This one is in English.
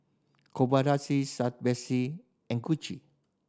Betsy and Gucci